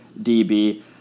DB